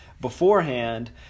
beforehand